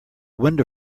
window